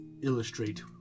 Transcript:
illustrate